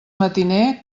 matiner